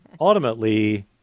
Ultimately